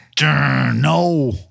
no